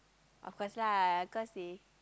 of course lah of course they